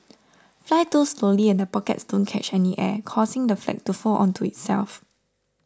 fly too slowly and the pockets don't catch any air causing the flag to fold onto itself